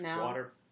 water